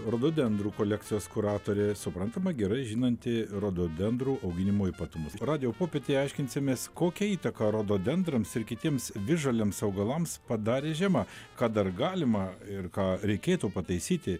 rododendrų kolekcijos kuratorė suprantama gerai žinanti rododendrų auginimo ypatumus radijo popietėje aiškinsimės kokią įtaką rododendrams ir kitiems visžaliams augalams padarė žiema ką dar galima ir ką reikėtų pataisyti